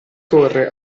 torre